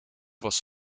was